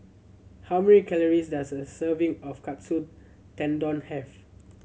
how many calories does a serving of Katsu Tendon have